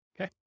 Okay